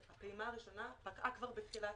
הפעימה הראשונה פקעה כבר בתחילת יוני.